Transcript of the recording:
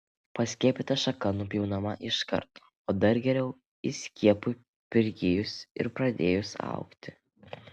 paskiepyta šaka nupjaunama iškart o dar geriau įskiepiui prigijus ir pradėjus augti